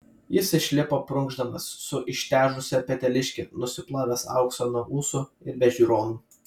jis išlipo prunkšdamas su ištežusia peteliške nusiplovęs auksą nuo ūsų ir be žiūronų